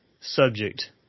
subject